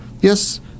Yes